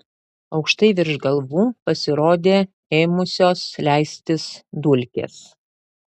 aukštai virš galvų pasirodė ėmusios leistis dulkės